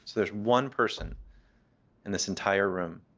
there's one person in this entire room.